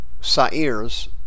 sa'irs